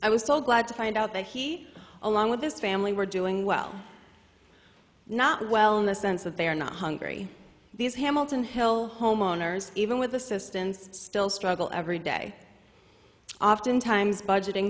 i was told glad to find out that he along with his family were doing well not well in the sense that they are not hungry these hamilton hill homeowners even with assistance still struggle every day often times budgeting